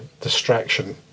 distraction